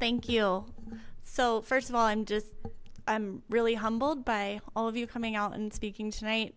thank you so first of all i'm just i'm really humbled by all of you coming out and speaking tonight